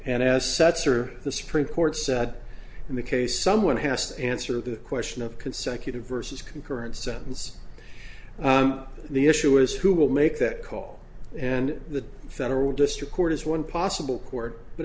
and as sets or the supreme court said in the case someone has answered the question of consecutive versus concurrent sentence the issue is who will make that call and the federal district court is one possible court but